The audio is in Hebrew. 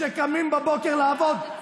רק שקרן, אתה גנבת כספי ציבור.